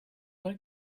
like